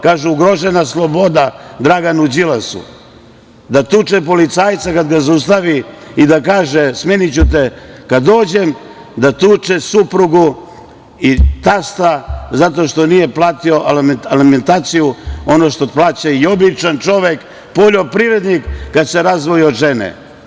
Kaže - ugrožena sloboda Draganu Đilasu da tuče policajca kada ga zaustavi i da kaže – smeniću te kad dođem, da tuče suprugu i tasta zato što nije platio alimentaciju, ono što plaća i običan čovek, poljoprivrednik, kad se razdvoji od žene.